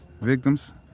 victims